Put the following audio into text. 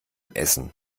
essen